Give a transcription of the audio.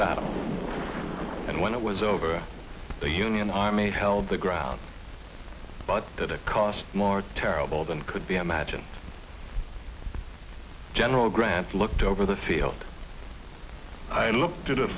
battle and when it was over the union army held the ground but at a cost more terrible than could be imagined general grant looked over the field i looked to the